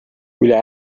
üle